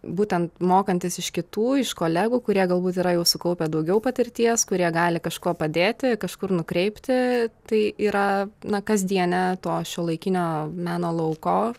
būtent mokantis iš kitų iš kolegų kurie galbūt yra jau sukaupę daugiau patirties kurie gali kažkuo padėti kažkur nukreipti tai yra na kasdienė to šiuolaikinio meno lauko